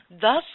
Thus